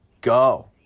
Go